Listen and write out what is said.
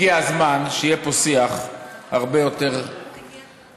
הגיע הזמן שיהיה פה שיח הרבה יותר מכבד,